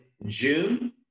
June